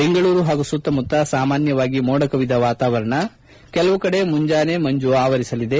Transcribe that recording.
ಬೆಂಗಳೂರು ಹಾಗೂ ಸುತ್ತಮುತ್ತ ಸಾಮಾನ್ಯವಾಗಿ ಮೋಡ ಕವಿದ ವಾತವಾರಣವಿರಲಿದ್ದು ಕೆಲವು ಕಡೆ ಮುಂಜಾನೆ ಮಂಜು ಆವರಿಸಲಿದೆ